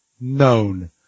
known